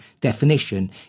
definition